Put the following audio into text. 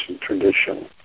tradition